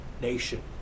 nation